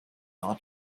are